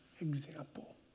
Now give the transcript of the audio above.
example